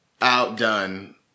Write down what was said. outdone